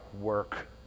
work